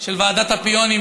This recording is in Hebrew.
של ועדת הפיונים,